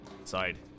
inside